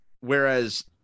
whereas